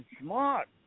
smart